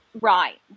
right